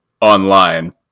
online